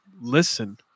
listen